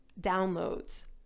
downloads